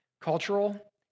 cultural